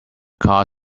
car